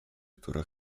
która